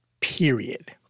period